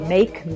Make